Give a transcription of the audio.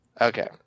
Okay